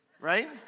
Right